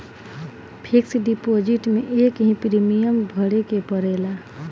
fix deposit में एकही premium भरे के पड़ेला